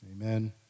Amen